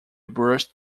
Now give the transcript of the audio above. brushed